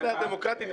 הדמוקרטית.